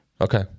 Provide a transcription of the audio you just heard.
Okay